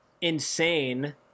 insane